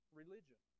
religion